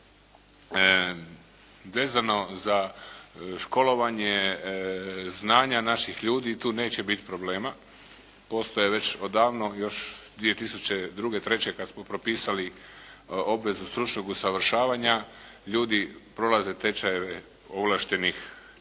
gradnji. Vezano za školovanje znanja naših ljudi, tu neće biti problema. Postoje već odavno 2002., treće kada smo propisali obvezu stručnog usavršavanja ljudi prolaze tečajeve ovlaštenih ustanova